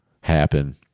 happen